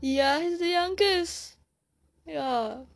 ya he's the youngest ya